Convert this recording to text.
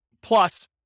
plus